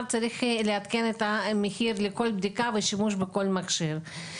צריך לעדכן את המחיר לכל בדיקה ושימוש בכל מכשיר.